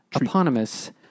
eponymous